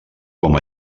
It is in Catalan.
com